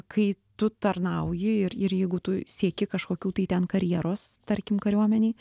kai tu tarnauji ir ir jeigu tu sieki kažkokių tai ten karjeros tarkim kariuomenėj